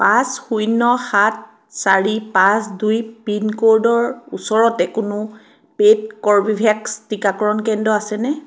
পাঁচ শূন্য সাত চাৰি পাঁচ দুই পিন ক'ৰ্ডৰ ওচৰতে কোনো পে'ইড কৰ্বীভেক্স টিকাকৰণ কেন্দ্ৰ আছেনে